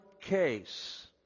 case